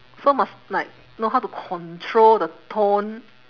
so must like know how to control the tone